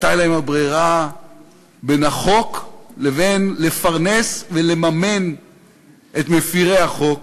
הייתה להם הברירה בין החוק לבין לפרנס ולממן את מפרי החוק.